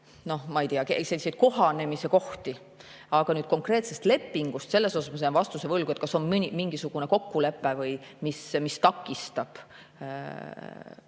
no ma ei tea, selliseid kohanemise kohti. Aga nüüd konkreetse lepingu osas ma jään vastuse võlgu, kas on mingisugune kokkulepe või mis takistab